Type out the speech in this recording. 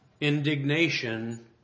indignation